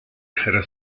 era